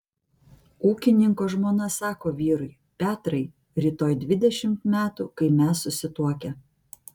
ūkininko žmona sako vyrui petrai rytoj dvidešimt metų kai mes susituokę